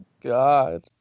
God